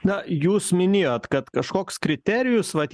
na jūs minėjot kad kažkoks kriterijus vat